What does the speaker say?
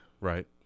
Right